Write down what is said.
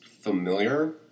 familiar